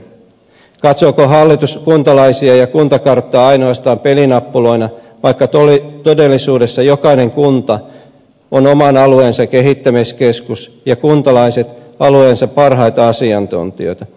katsooko hallitus kuntalaisia ja kuntakarttaa ainoastaan pelinappuloina vaikka todellisuudessa jokainen kunta on oman alueensa kehittämiskeskus ja kuntalaiset alueensa parhaita asiantuntijoita